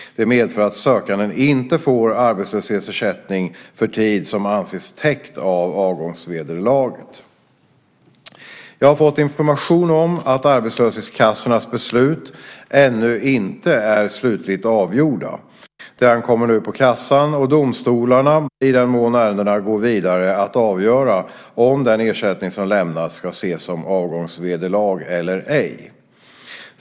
Det medför att sökanden inte får arbetslöshetsersättning för tid som anses täckt av avgångsvederlaget. Jag har fått information om att arbetslöshetskassans beslut ännu inte är slutligt avgjorda. Det ankommer nu på kassan, och domstolarna i den mån ärendena går vidare, att avgöra om den ersättning som lämnats ska ses som avgångsvederlag eller ej.